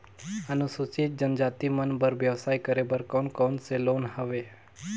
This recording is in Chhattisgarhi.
अनुसूचित जनजाति मन बर व्यवसाय करे बर कौन कौन से लोन हवे?